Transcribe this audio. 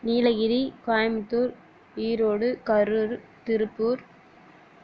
Nilgiri Coimbatore Erode Karur Tiruppur